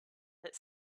hit